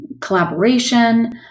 collaboration